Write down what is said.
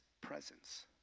presence